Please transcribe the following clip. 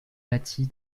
bâtie